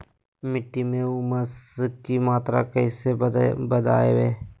मिट्टी में ऊमस की मात्रा कैसे बदाबे?